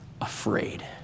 afraid